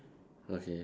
okay